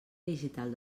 digital